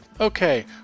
Okay